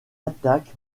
attaque